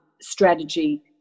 strategy